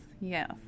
yes